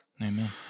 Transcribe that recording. Amen